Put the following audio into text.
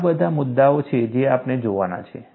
આ બધા મુદ્દાઓ છે જે આપણે જોવાના છે